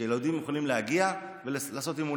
שילדים יכולים להגיע ולהתאמן.